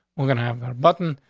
we're gonna have a button